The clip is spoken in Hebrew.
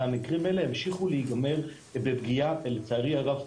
והמקרים האלה ימשיכו להיגמר בפגיעה לצערי הרב,